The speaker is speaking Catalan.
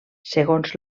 segons